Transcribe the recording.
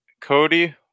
Cody